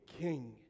king